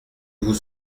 vous